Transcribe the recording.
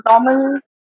normal